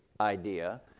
idea